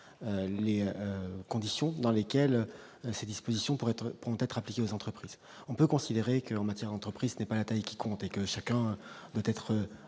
les conditions dans lesquelles ces dispositions pour être pourront être appliqués aux entreprises, on peut considérer que leur maintien entrepris ce n'est pas la taille qui compte et que chacun doit être